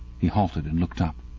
he halted and looked up.